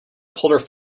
pulled